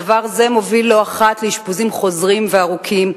דבר זה מוביל לא אחת לאשפוזים חוזרים וארוכים.